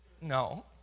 No